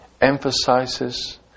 emphasizes